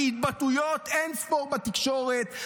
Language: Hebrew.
בהתבטאויות אין-ספור בתקשורת,